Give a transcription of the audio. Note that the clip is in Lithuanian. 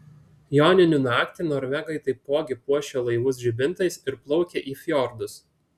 joninių naktį norvegai taipogi puošia laivus žibintais ir plaukia į fjordus